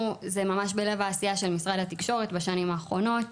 זה ממש בלב העשייה של משרד התקשורת בשנים האחרונות.